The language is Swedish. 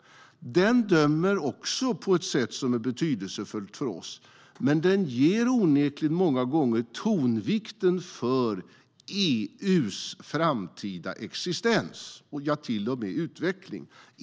Den dömer också på ett sätt som är betydelsefullt för oss. Men den lägger onekligen många gånger tonvikten på EU:s framtida existens och utveckling.